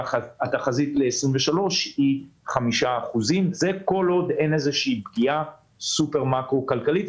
והתחזית ל-2023 היא 5%. זה כל עוד אין פגיעה סופר מקרו כלכלית.